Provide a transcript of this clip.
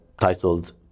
titled